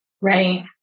Right